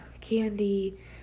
candy